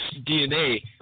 DNA